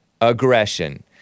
aggression